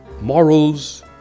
morals